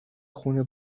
خون